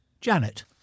Janet